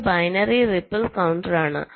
ഇത് binary ripple കൌണ്ടറാണ്